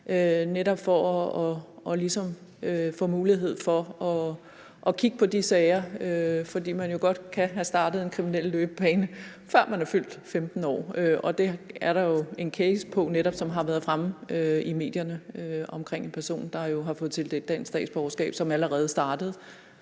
ligesom at få mulighed for at kigge på de sager. For man kan jo godt have startet på en kriminel løbebane, før man er fyldt 15 år, og det er der jo en case om, som netop har været fremme i medierne, hvor en person, der er blevet tildelt dansk statsborgerskab, allerede er startet